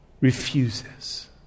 refuses